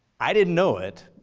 i didn't know it,